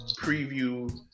preview